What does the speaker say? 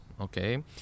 okay